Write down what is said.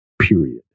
period